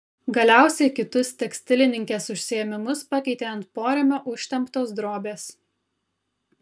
galiausiai kitus tekstilininkės užsiėmimus pakeitė ant porėmio užtemptos drobės